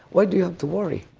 why do you have to worry?